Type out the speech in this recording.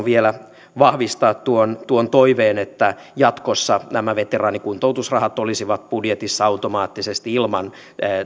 vielä vahvistaa tuon tuon toiveen että jatkossa nämä veteraanikuntoutusrahat olisivat budjetissa automaattisesti ilman